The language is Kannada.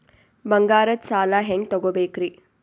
ಬಂಗಾರದ್ ಸಾಲ ಹೆಂಗ್ ತಗೊಬೇಕ್ರಿ?